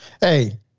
hey